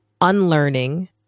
unlearning